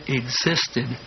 existed